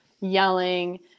yelling